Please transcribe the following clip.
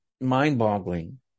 mind-boggling